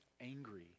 angry